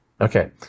okay